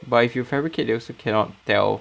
but if you fabricate they also cannot tell